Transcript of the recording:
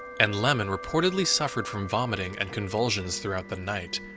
and lemon reportedly suffered from vomiting and convulsions throughout the night,